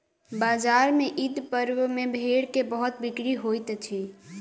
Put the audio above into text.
बजार में ईद पर्व में भेड़ के बहुत बिक्री होइत अछि